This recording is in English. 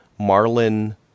Marlin